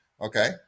okay